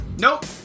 Nope